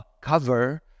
cover